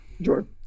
Jordan